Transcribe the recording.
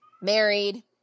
married